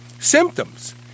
symptoms